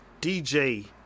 dj